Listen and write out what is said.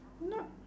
not